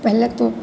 पहले तो